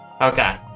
Okay